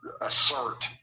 assert